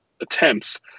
attempts